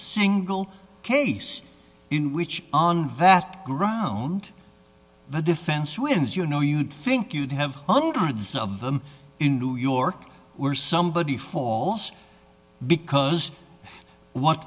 single case in which on vat ground the defense wins you know you'd think you'd have hundreds of them in new york where somebody falls because what